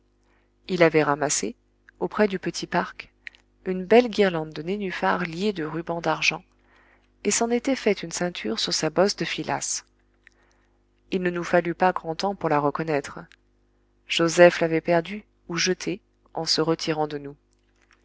il avait ramassé auprès du petit parc une belle guirlande de nénufars liée de rubans d'argent et s'en était fait une ceinture sur sa bosse de filasse il ne nous fallut pas grand temps pour la reconnaître joseph l'avait perdue ou jetée en se retirant de nous